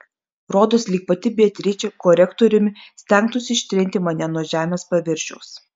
rodos lyg pati beatričė korektoriumi stengtųsi ištrinti mane nuo žemės paviršiaus